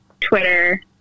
Twitter